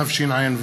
התשע"ו